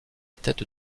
tête